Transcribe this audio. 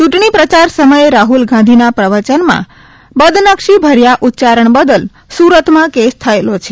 ચૂંટણી પ્રચાર સમયે રાહલ ગાંધીના પ્રવચનમાં બદનક્ષીભર્યા ઉચ્યારણ બદલ સુરતમાં કેસ થયેલો છે